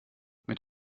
mit